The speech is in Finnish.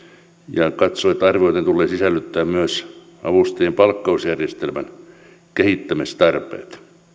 ja katsoo että arviointiin tulee sisällyttää myös avustajien palkkausjärjestelmän kehittämistarpeet